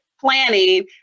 planning